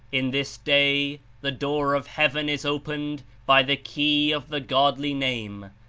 in this day the door of heaven is opened by the key of the godly name,